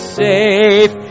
safe